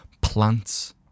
Plants